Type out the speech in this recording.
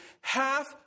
half